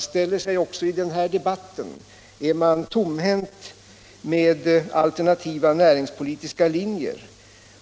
ställer oss även i den här debatten är: Står ni tomhänta, utan alternativa näringspolitiska linjer?